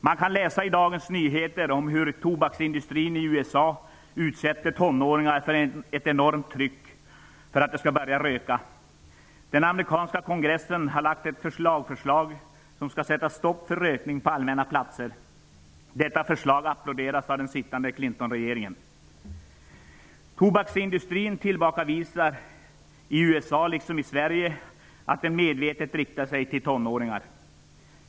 Man kan läsa i Dagens Nyheter om hur tobaksindustrin i USA utsätter tonåringar för ett enormt tryck för att de skall börja röka. Den amerikanska kongressen har lagt fram ett lagförslag som skall sätta stopp för rökning på allmänna platser. Detta förslag applåderas av den sittande Tobaksindustrin tillbakavisar, i USA liksom i Sverige, att den medvetet riktar sig till tonåringar.